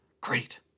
Great